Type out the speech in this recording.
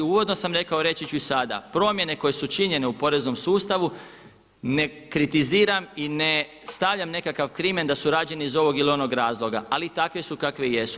I uvodno sam rekao, a reći ću u sada, promjene koje su učinjene u poreznom sustavu ne kritiziram i ne stavljam nekakav krimen da su rađene iz ovog ili onog razloga, ali takve su kakve jesu.